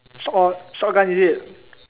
short short guy is it